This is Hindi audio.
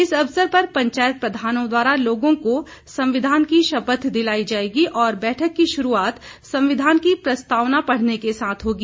इस अवसर पर पंचायत प्रधानों द्वारा लोगों को संविधान की शपथ दिलाई जाएगी और बैठक की शुरूआत संविधान की प्रस्तावना पढ़ने के साथ होगी